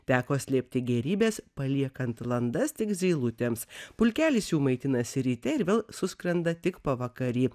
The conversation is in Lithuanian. teko slėpti gėrybes paliekant landas tik zylutėms pulkelis jų maitinasi ryte ir vėl suskrenda tik pavakary